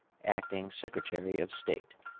acting secretary of state.